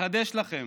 לחדש לכם: